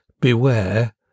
beware